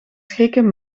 schrikken